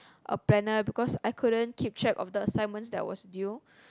a planner because I couldn't keep track of the assignments that was due